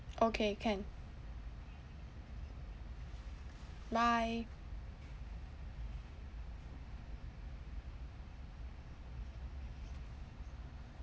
okay can bye